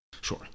Sure